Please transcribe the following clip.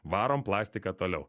varom plastiką toliau